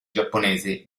giapponesi